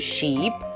Sheep